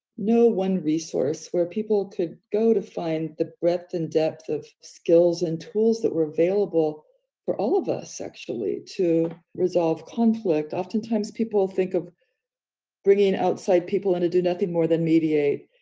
no one resource where people could go to find the breadth and depth of skills and tools that were available for all of us actually to resolve conflict. oftentimes, people think of bringing outside people in to do nothing more than mediate,